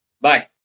Bye